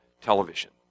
television